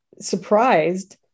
surprised